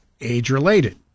age-related